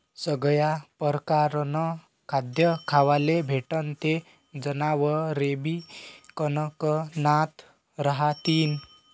सगया परकारनं खाद्य खावाले भेटनं ते जनावरेबी कनकनात रहातीन